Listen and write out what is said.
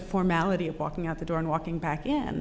formality of walking out the door and walking